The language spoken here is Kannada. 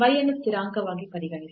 y ಅನ್ನು ಸ್ಥಿರಾಂಕವಾಗಿ ಪರಿಗಣಿಸಿ